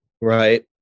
right